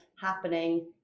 happening